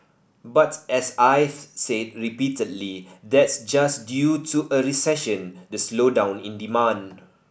but as I've said repeatedly that's just due to a recession the slowdown in demand